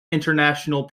international